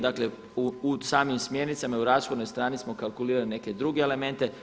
Dakle, u samim smjernicama i u rashodnoj strani smo kalkulirali neke druge elemente.